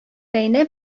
бәйнә